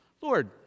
Lord